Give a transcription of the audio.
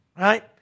right